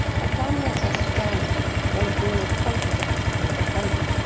i found myself standing, when a gleam of consciousness came upon me,